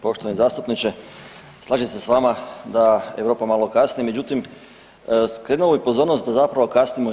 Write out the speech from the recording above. Poštovani zastupniče, slažem se s vama da Europa malo kasni, međutim skrenuo bi pozornost da zapravo kasnimo i mi.